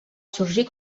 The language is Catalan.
sorgir